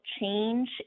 change